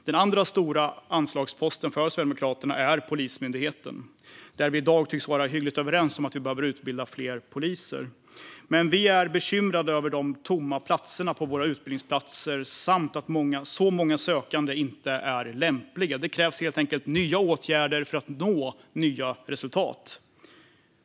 Den andra stora anslagsposten för Sverigedemokraterna är Polismyndigheten, där alla i dag tycks vara hyggligt överens om att det behöver utbildas fler poliser. Men vi är bekymrade över de tomma platserna på våra utbildningar samt att så många sökande inte är lämpliga. Det krävs helt enkelt nya åtgärder för att nå nya resultat.